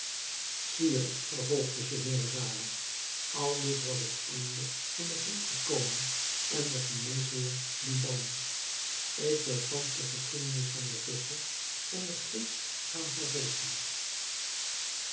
sire vervolgde scheherazade aldus was het einde van den griekschen koning en den geneesheer douban ik wil thans de geschiedenis van den visscher en den geest gaan vervolgen